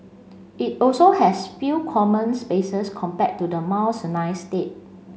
it also has few common spaces compared to the Mount Sinai state